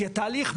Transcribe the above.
כי התהליך,